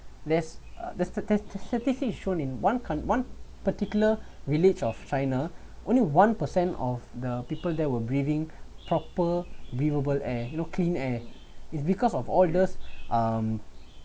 there's uh the statis~ statistics shown in one coun~ one particular village of china only one percent of the people there were breathing proper breathable air you know clean air it's because of all those um